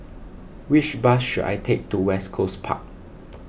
which bus should I take to West Coast Park